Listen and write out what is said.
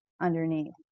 underneath